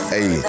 Hey